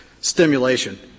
stimulation